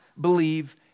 believe